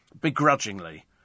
Begrudgingly